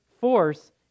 force